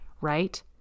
right